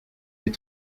est